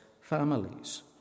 families